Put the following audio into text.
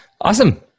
Awesome